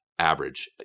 Average